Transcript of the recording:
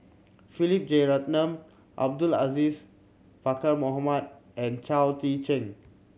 Philip Jeyaretnam Abdul Aziz Pakkeer Mohamed and Chao Tzee Cheng